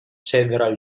several